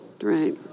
Right